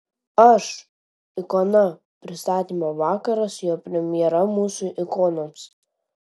aš ikona pristatymo vakaras jo premjera mūsų ikonoms